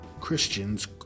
Christians